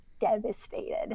devastated